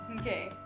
Okay